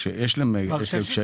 שיש להם קשיים.